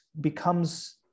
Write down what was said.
becomes